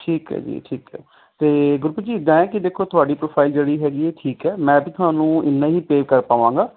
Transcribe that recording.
ਠੀਕ ਹੈ ਜੀ ਠੀਕ ਹੈ ਤੇ ਗੁਰਪ੍ਰੀਤ ਜੀ ਇੱਦਾਂ ਹੈ ਕਿ ਦੇਖੋ ਤੁਹਾਡੀ ਪ੍ਰੋਫਾਈਲ ਜਿਹੜੀ ਹੈਗੀ ਹੈ ਠੀਕ ਹੈ ਮੈਂ ਤਾਂ ਤੁਹਾਨੂੰ ਇੰਨਾ ਹੀ ਪੇ ਕਰ ਪਾਵਾਂਗਾ